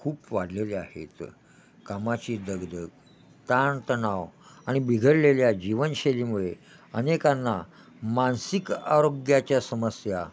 खूप वाढलेले आहेत कामाची दगदग ताणतणाव आणि बिघडलेल्या जीवनशैलीमुळे अनेकांना मानसिक आरोग्याच्या समस्या